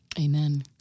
Amen